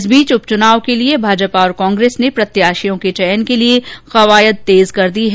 इस बीच उपच्नाव के लिये भाजपा और कांग्रेस ने प्रत्याशियों के चयन के लिए कवायद तेज कर दी है